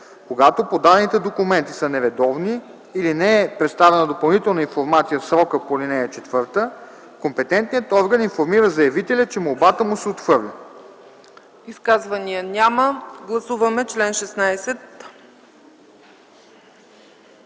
Когато подадените документи са нередовни или не е представена допълнителна информация в срока по ал. 4, компетентният орган информира заявителя, че молбата му се отхвърля.”